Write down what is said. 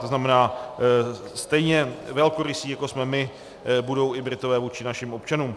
To znamená, stejně velkorysí, jako jsme my, budou i Britové vůči našim občanům.